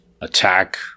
attack